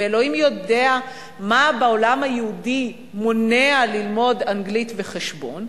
ואלוהים יודע מה בעולם היהודי מונע ללמוד אנגלית וחשבון,